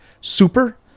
Super